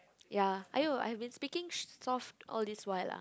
ya !aiyo! I've been speaking soft all this while ah